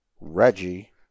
Reggie